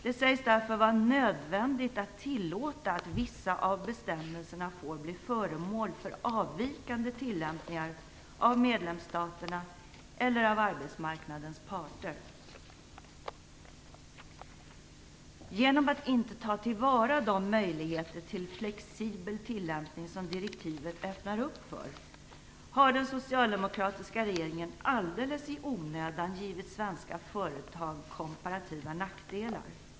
Det sägs därför vara nödvändigt att tillåta att vissa av bestämmelserna får bli föremål för avvikande tillämpningar av medlemsstaterna eller av arbetsmarknadens parter. Genom att inte ta till vara de möjligheter till flexibel tillämpning som direktivet öppnar för har den socialdemokratiska regeringen alldeles i onödan givit svenska företag komparativa nackdelar.